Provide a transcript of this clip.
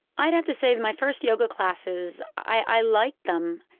i'd have to say my first yoga classes, i liked them.